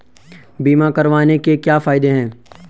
बीमा करवाने के क्या फायदे हैं?